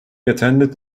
attended